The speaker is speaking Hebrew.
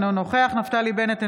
אינו נוכח נפתלי בנט,